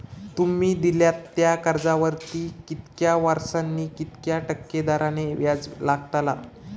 तुमि दिल्यात त्या कर्जावरती कितक्या वर्सानी कितक्या टक्के दराने व्याज लागतला?